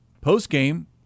post-game